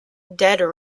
dead